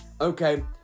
okay